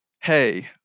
hey